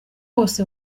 wose